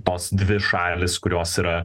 tos dvi šalys kurios yra